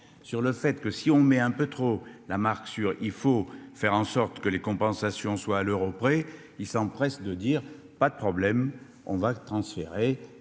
sur le fait que si on met un peu trop la marque sur il faut faire en sorte que les compensations soient à l'euro près, il s'empresse de dire pas de problème on va transférer et